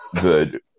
good